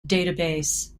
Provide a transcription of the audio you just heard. database